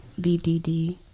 BDD